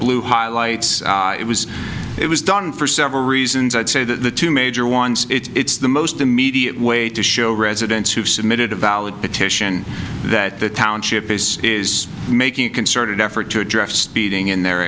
blue highlights it was it was done for several reasons i'd say that the two major ones it's the most immediate way to show residents who submitted a valid petition that the township is making a concerted effort to address speeding in their